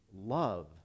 love